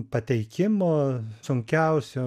pateikimo sunkiausiu